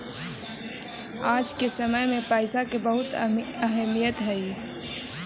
आज के समय में पईसा के बहुत अहमीयत हई